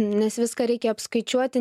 nes viską reikia apskaičiuoti